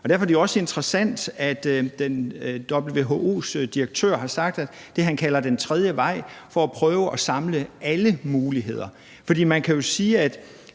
Derfor er det jo også interessant, at WHO's direktør har sagt noget om det, han kalder den tredje vej, altså at prøve at samle alle muligheder.